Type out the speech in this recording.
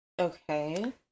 Okay